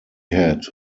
had